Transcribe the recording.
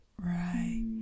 right